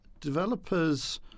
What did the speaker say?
Developers